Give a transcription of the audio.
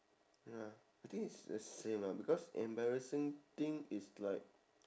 ya I think it's the same lah because embarrassing thing is like